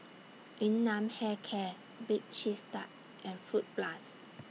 Yun Nam Hair Care Bake Cheese Tart and Fruit Plus